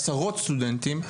עשרות סטודנטים,